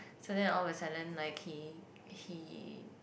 so then all of the sudden like he he